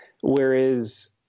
whereas